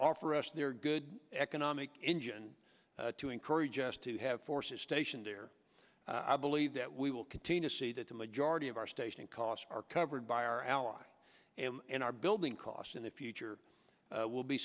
offer us a good economic engine to encourage us to have forces stationed there i believe that we will continue to see that the majority of our station costs are covered by our ally in our building cost in the future will be